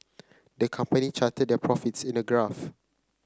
the company charted their profits in a graph